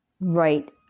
right